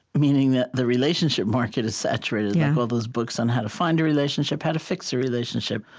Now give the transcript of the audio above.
meaning that the relationship market is saturated like all those books on how to find a relationship, how to fix a relationship,